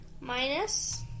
minus